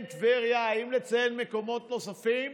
את טבריה ואם לציין מקומות נוספים.